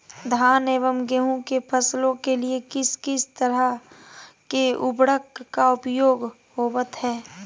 धान एवं गेहूं के फसलों के लिए किस किस तरह के उर्वरक का उपयोग होवत है?